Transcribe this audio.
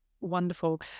wonderful